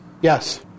Yes